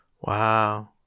Wow